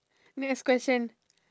next question